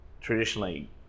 traditionally